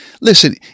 listen